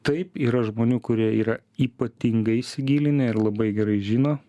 taip yra žmonių kurie yra ypatingai įsigilinę ir labai gerai žino